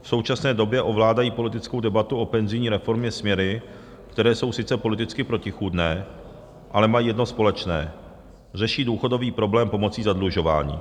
V současné době ovládají politickou debatu o penzijní reformě směry, které jsou sice politicky protichůdné, ale mají jedno společné, řeší důchodový problém pomocí zadlužování.